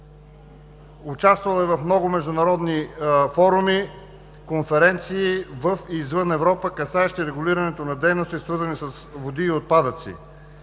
Участвал е в много международни форуми, конференции в и извън Европа, касаещи регулирането на дейности, свързани с води и отпадъци.